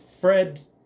Fred